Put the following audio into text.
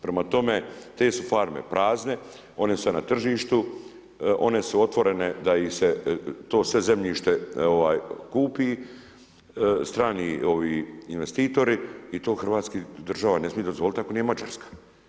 Prema tome, te su farme prazne, one su na tržištu, one su otvorene da ih se, to sve zemljište kupi strani investitori i to Hrvatska država ne smije dozvoliti kako nije Mađarska.